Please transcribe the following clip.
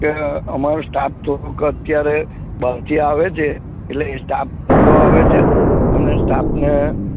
કે અમારો સ્ટાફ થોડોક અત્યારે બહારથી આવે છે એટલે એ સ્ટાફ મોડો આવે છે અને સ્ટાફને